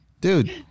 Dude